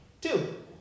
Two